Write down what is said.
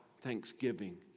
Thanksgiving